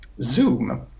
Zoom